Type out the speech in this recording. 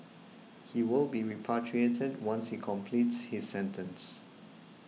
he will be repatriated once he completes his sentence